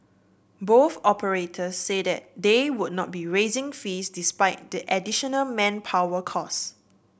both operators said that they would not be raising fees despite the additional manpower costs